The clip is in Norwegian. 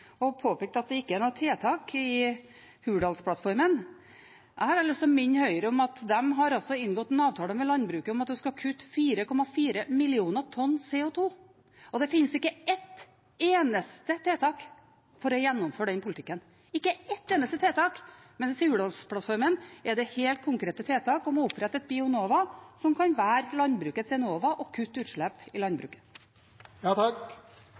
og påpekt at det ikke er noen tiltak i Hurdalsplattformen. Jeg har da lyst til å minne Høyre om at de har inngått en avtale med landbruket om at det skal kutte 4,4 millioner tonn CO 2 , og det finnes ikke ett eneste tiltak for å gjennomføre den politikken – ikke ett eneste tiltak – mens det i Hurdalsplattformen er helt konkrete tiltak om å opprette et Bionova som kan være landbrukets Enova og kutte utslipp i